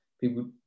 people